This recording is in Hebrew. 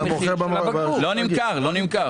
לא נמכר.